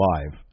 Live